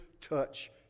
touch